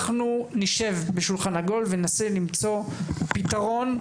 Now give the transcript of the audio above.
אנחנו נשב בשולחן עגול וננסה למצוא פתרון.